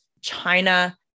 China